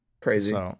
crazy